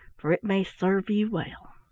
for it may serve you well.